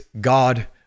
God